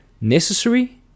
necessary